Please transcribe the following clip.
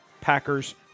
Packers